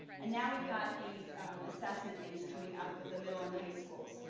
and now we've got these assessment things coming up with the middle and high schools.